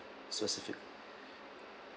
sure